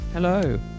Hello